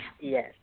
Yes